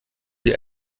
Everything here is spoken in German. sie